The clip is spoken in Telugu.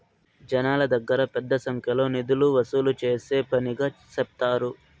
జనాల దగ్గర పెద్ద సంఖ్యలో నిధులు వసూలు చేసే పనిగా సెప్తారు